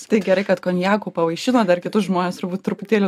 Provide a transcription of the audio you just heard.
tai gerai kad konjaku pavaišino dar kitus žmones turbūt truputėlį